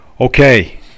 Okay